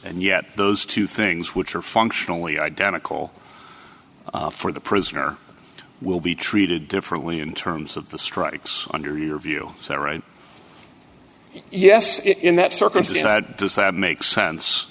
and yet those two things which are functionally identical for the prisoner will be treated differently in terms of the strikes under your view is that right yes in that circumstance that does that make sense